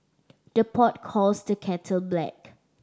the pot calls the kettle black